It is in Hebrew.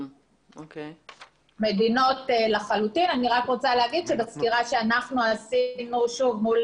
אני רק רוצה לומר שבסקירה שאנחנו עשינו מול